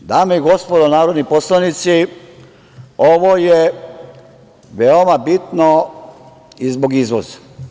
Dame i gospodo narodni poslanici, ovo je veoma bitno i zbog izvoza.